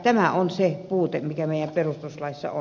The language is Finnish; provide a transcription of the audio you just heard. tämä on se puute mikä meidän perustuslaissa on